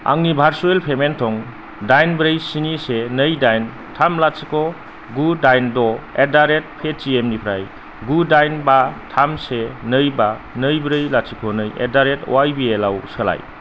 आंनि भारसुएल पेमेन्ट थं दाइन ब्रै स्नि से नै दाइन थाम लाथिख' गु दाइन द' एद्धारेद पेतिएम निफ्राय गु दाइन बा थाम से नै बा नै ब्रै लाथिख' नै एद्धारेद अवाई बि एल आव सोलाय